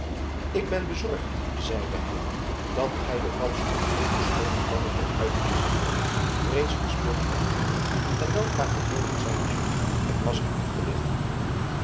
ik ben bezorgd zeide hij dat gij de kans om zulke schoone plannen ten uitvoer te brengen reeds verspeeld hebt en weldra gedwongen zijn zult het masker af te lichten